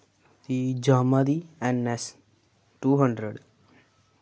कि यामाह् दी N S two hundred